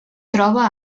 troba